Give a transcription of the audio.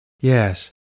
Yes